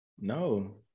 no